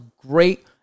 great